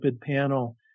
panel